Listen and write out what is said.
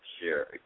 share